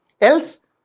Else